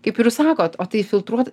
kaip ir jūs sakot o tai filtruot